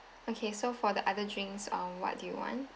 okay so for the other drinks um what do you want